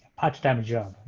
part time jobs.